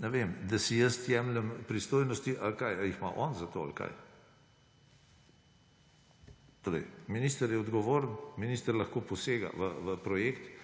ne vem, da si jaz jemljem pristojnosti – ali kaj? Jih ima on za to – ali kaj? Torej minister je odgovoren, minister lahko posega v projekt,